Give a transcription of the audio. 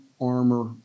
armor